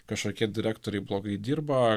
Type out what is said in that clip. kažkokie direktoriai blogai dirba